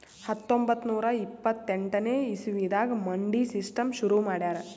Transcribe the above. ಹತ್ತೊಂಬತ್ತ್ ನೂರಾ ಇಪ್ಪತ್ತೆಂಟನೇ ಇಸವಿದಾಗ್ ಮಂಡಿ ಸಿಸ್ಟಮ್ ಶುರು ಮಾಡ್ಯಾರ್